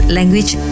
Language